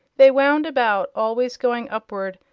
they wound about, always going upward,